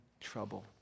trouble